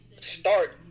start